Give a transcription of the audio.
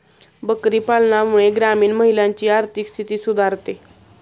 बकरी पालनामुळे ग्रामीण महिलांची आर्थिक स्थिती सुधारते